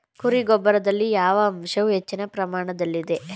ಕುರಿ ಗೊಬ್ಬರದಲ್ಲಿ ಯಾವ ಅಂಶವು ಹೆಚ್ಚಿನ ಪ್ರಮಾಣದಲ್ಲಿದೆ?